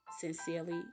sincerely